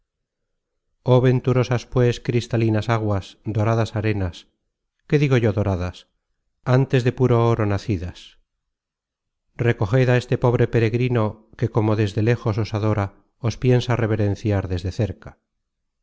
oh venturosas pues cristalinas aguas doradas arenas qué digo yo doradas ántes de puro oro nacidas recoged á este pobre peregrino que como desde lejos os adora os piensa reverenciar desde cerca